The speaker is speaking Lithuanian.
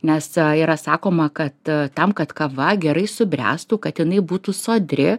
nes yra sakoma kad tam kad kava gerai subręstų kad jinai būtų sodri